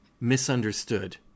misunderstood